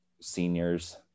seniors